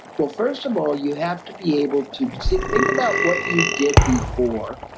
well, first of all, you have to be able to think about what you did before.